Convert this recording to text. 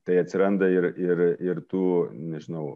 tai atsiranda ir ir ir tų nežinau